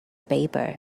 paper